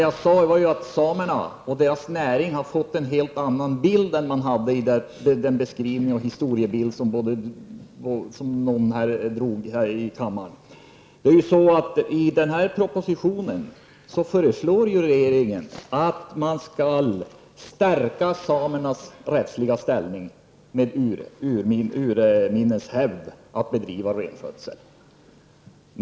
Jag sade att samerna och deras näring har fått en helt annan bild än den historiska bild som någon här talade om. I den här propositionen föreslår ju regeringen att samernas rättsliga ställning när det gäller att bedriva renskötsel, som bygger på urminnes hävd, skall stärkas.